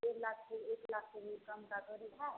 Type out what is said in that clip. डेढ़ लाख के एक लाख के भी कम गाड़ी है